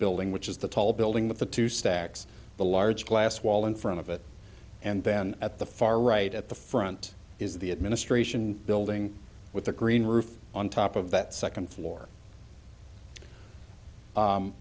building which is the tall building with the two stacks the large glass wall in front of it and then at the far right at the front is the administration building with the green roof on top of that second floor